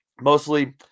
Mostly